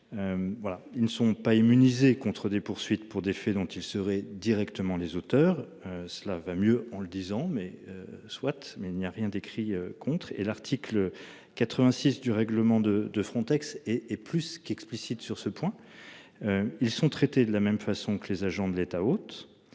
ils ne sont pas immunisés contre des poursuites pour des faits dont il serait directement les auteurs. Cela va mieux en le disant mais soit tu mais il n'y a rien d'écrit contre et l'article 86 du règlement de de Frontex et et plus qu'explicite sur ce point. Ils sont traités de la même façon que les agents de l'État hôte.